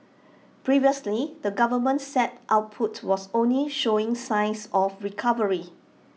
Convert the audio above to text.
previously the government said output was only showing signs of recovery